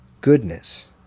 goodness